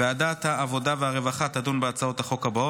ועדת העבודה והרווחה תדון בהצעות החוק הבאות: